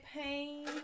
pain